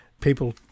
people